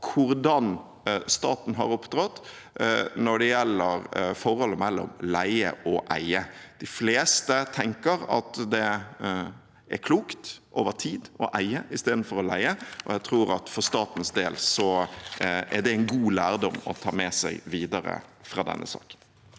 hvordan staten har opptrådt når det gjelder forholdet mellom leie og eie. De fleste tenker at det over tid er klokt å eie istedenfor å leie, og jeg tror at for statens del er det en god lærdom å ta med seg videre fra denne saken.